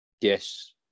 Yes